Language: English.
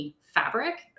fabric